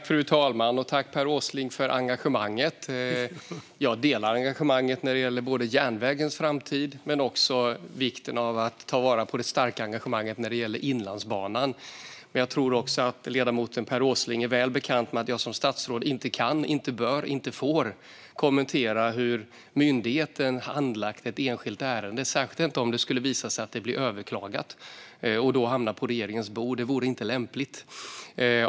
Fru talman! Tack, Per Åsling, för engagemanget! Jag delar engagemanget när det gäller både järnvägens framtid och vikten av att ta vara på det starka engagemanget för Inlandsbanan. Jag tror också att ledamoten Per Åsling är väl bekant med att jag som statsråd inte kan, inte bör och inte får kommentera hur myndigheten handlagt ett enskilt ärende, särskilt inte om det skulle visa sig att det blir överklagat och då hamnar på regeringens bord. Det vore inte lämpligt.